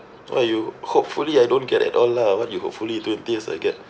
oh you hopefully I don't get at all lah what you hopefully twenty years I get